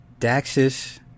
Daxis